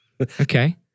Okay